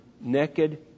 naked